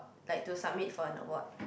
like to submit for an award